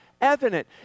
evident